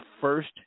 first